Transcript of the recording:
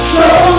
Show